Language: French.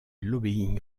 lobbying